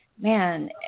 man